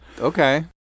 Okay